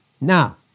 now